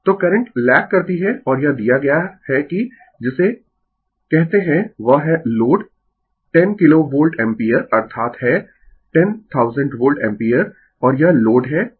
तो current lag करती है और यह दिया गया है कि जिसे कहते है वह है लोड 10 किलो वोल्ट एम्पीयर अर्थात है 10000 वोल्ट एम्पीयर और यह लोड है